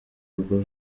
urugo